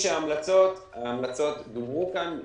הגישה המלצות, ההמלצות דוברו כאן.